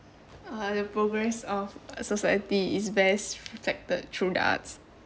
uh the progress of a society is best reflected through the arts